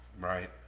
Right